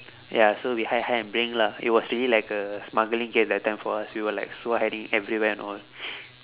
ya so we hide hide and bring lah it was really like a smuggling game that time for us we were like so hiding everywhere and all